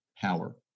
power